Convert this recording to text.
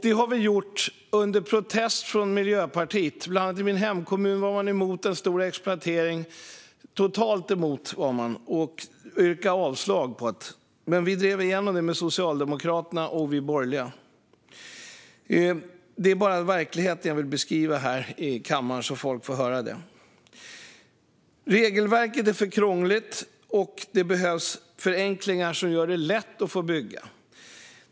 Det har vi gjort under protest från Miljöpartiet. I bland annat min hemkommun var man totalt emot en stor exploatering och yrkade avslag på den. Men vi drev igenom den med Socialdemokraterna och de andra borgerliga. Det är verkligheten som jag vill beskriva här i kammaren, så att folk får höra om den. Regelverket är för krångligt. Det behövs förenklingar som gör det lätt att få bygga.